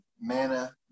Mana